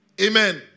Amen